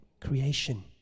creation